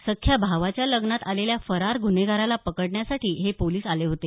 सखख्या भावाच्या लग्नात आलेल्या फरार गुन्हेगाराला पकडण्यासाठी हे पोलिस आले होते